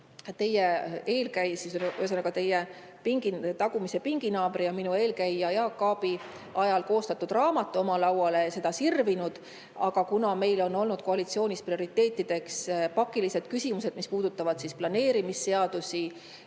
on. Olen ka saanud teie tagumise pinginaabri ja minu eelkäija Jaak Aabi ajal koostatud raamatu oma lauale ja olen seda sirvinud. Aga kuna meil on olnud koalitsioonis prioriteetideks pakilised küsimused, mis puudutavad planeerimisseadust,